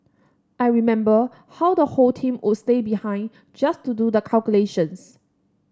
I remember how the whole team would stay behind just to do the calculations